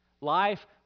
life